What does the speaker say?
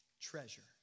treasure